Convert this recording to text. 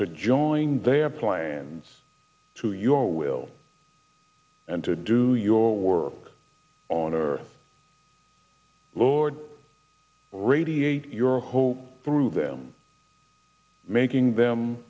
to join their plans to your will and to do your work on earth lord radiate your hope through them making them